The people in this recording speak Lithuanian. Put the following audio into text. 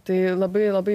tai labai labai